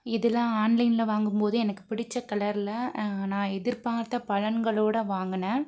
இதில் ஆன்லைன்ல வாங்கும்போது எனக்கு பிடிச்ச கலர்ல நான் எதிர்பார்த்த பலன்களோட வாங்கினேன்